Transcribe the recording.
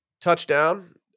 touchdown